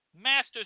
master